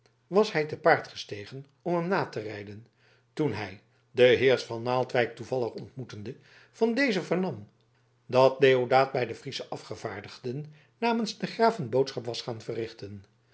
was hij te paard gestegen om hem na te rijden toen hij den heer van naaldwijk toevallig ontmoetende van dezen vernam dat deodaat bij de friesche afgevaardigden namens den graaf een boodschap was gaan verrichten